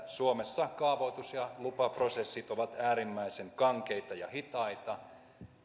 suomessa kaavoitus ja lupaprosessit ovat äärimmäisen kankeita ja hitaita